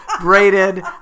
braided